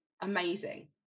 Amazing